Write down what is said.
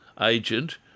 agent